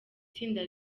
tsinda